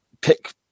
pick